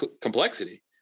complexity